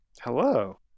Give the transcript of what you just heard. Hello